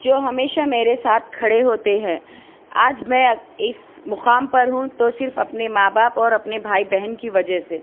جو ہمیشہ میرے ساتھ کھڑے ہوتے ہیں آج میں اس مقام پر ہوں تو صرف اپنے ماں باپ اور بھائی بہن کی وجہ سے